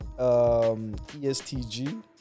ESTG